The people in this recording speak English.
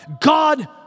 God